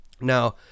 Now